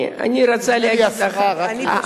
אני רוצה להגיד לך, גברתי השרה, רק רגע.